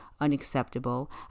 unacceptable